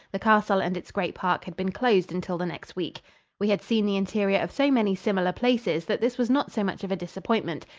the castle and its great park had been closed until the next week we had seen the interior of so many similar places that this was not so much of a disappointment,